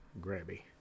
grabby